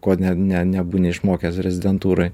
ko ne ne nebūni išmokęs rezidentūroj